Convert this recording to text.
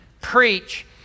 preach